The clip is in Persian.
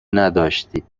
نداشتید